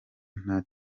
nta